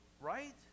right